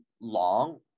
long